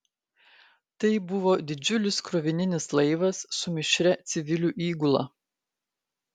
tai buvo didžiulis krovininis laivas su mišria civilių įgula